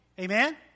Amen